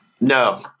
No